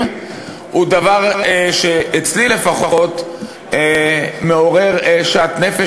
הן דבר שאצלי לפחות מעורר שאט נפש,